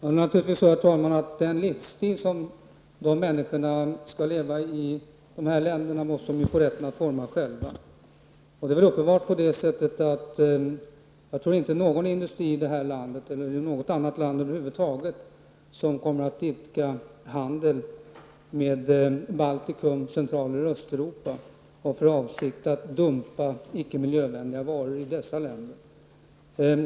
Herr talman! Naturligtvis måste människorna i dessa länder själva få rätten att forma sin livsstil. Jag tror inte att någon industri i det här landet eller i något land över huvud taget som kommer att idka handel med Baltikum, Central eller Östeuropa har för avsikt att dumpa icke miljövänliga varor i dessa länder.